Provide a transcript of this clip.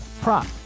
prop